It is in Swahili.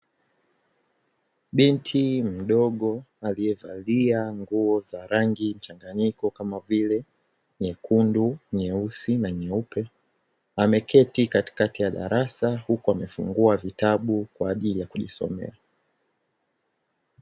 Binti mdogo aliyevalia nguo za rangi mchanganyiko kama vile nyekundu, nyeusi na nyeupe ameketi katikati ya darasa huku amefungua vitabu kwa ajili ya kujisomea.